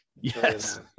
Yes